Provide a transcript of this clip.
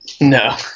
No